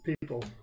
people